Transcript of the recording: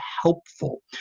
helpful